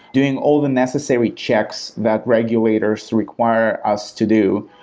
doing all the necessary checks that regulators require us to do,